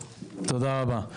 תודה רבה.